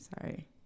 Sorry